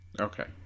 Okay